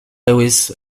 lewis